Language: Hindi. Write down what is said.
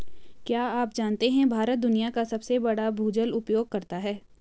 क्या आप जानते है भारत दुनिया का सबसे बड़ा भूजल उपयोगकर्ता है?